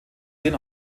den